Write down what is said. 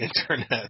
internet